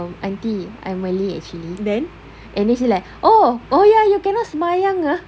um aunty I'm malay actually and then she like oh oh ya you cannot sembahyang ah